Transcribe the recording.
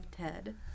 Ted